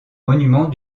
monuments